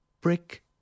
brick